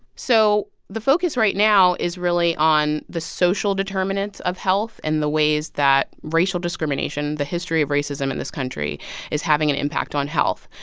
so the focus right now is really on the social determinants of health and the ways that racial discrimination, the history of racism in this country is having an impact on health.